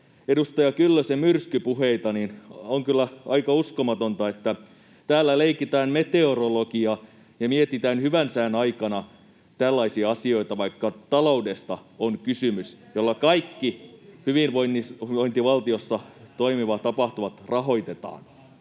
edustaja Kyllösen myrskypuheita, niin on kyllä aika uskomatonta, että täällä leikitään meteorologia ja mietitään hyvän sään aikana tällaisia asioita, vaikka on kysymys taloudesta, [Merja Kyllösen välihuuto] jolla kaikki hyvinvointivaltiossa toimivat tapahtumat rahoitetaan.